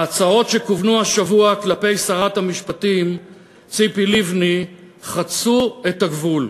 ההצהרות שכוונו השבוע כלפי שרת המשפטים ציפי לבני חצו את הגבול.